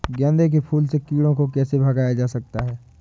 गेंदे के फूल से कीड़ों को कैसे भगाया जा सकता है?